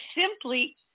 simply